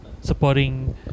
supporting